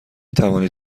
توانید